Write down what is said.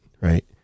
Right